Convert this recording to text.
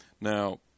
Now